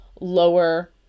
lower